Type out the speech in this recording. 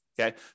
okay